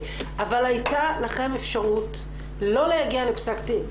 אבל הייתה לכם אפשרות לא להגיע לפסק דין.